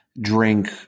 drink